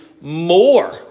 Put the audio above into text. more